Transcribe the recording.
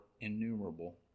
innumerable